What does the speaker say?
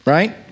Right